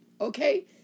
Okay